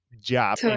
job